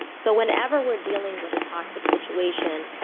so whenever we're dealing with a toxic situation,